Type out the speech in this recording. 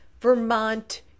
Vermont